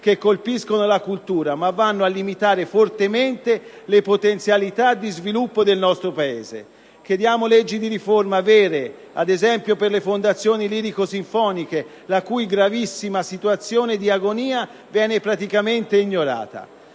che colpiscono la cultura, ma che vanno a limitare fortemente le potenzialità di sviluppo del nostro Paese. Chiediamo leggi di riforma vere, ad esempio per le fondazioni lirico-sinfoniche, la cui gravissima situazione di agonia viene praticamente ignorata.